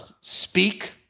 speak